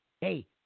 hey